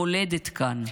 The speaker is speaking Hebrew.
מולדת כאן.